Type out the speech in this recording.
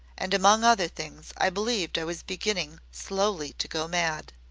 and among other things i believed i was beginning slowly to go mad.